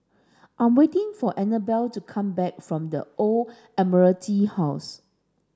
I'm waiting for Anabel to come back from The Old Admiralty House